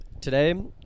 today